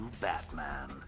Batman